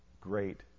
great